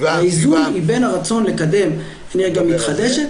האיזון הוא בין הרצון לקדם אנרגיה מתחדשת